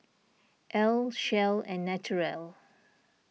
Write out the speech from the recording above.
Elle Shell and Naturel